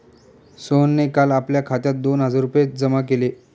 सोहनने काल आपल्या खात्यात दोन हजार रुपये जमा केले